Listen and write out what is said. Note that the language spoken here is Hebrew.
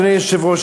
אדוני היושב-ראש,